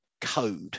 code